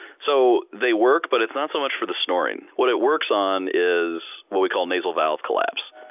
so they work, but it's not so much for the snoring. what it works on is what we call, nasal valve collapse.